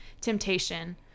temptation